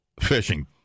fishing